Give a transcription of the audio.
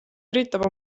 üritab